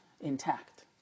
intact